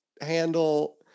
handle